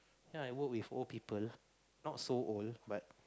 you know I work with old people not so old but